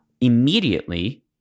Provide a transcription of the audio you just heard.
immediately